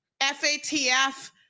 FATF